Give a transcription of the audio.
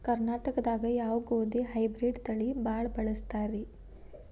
ಕರ್ನಾಟಕದಾಗ ಯಾವ ಗೋಧಿ ಹೈಬ್ರಿಡ್ ತಳಿ ಭಾಳ ಬಳಸ್ತಾರ ರೇ?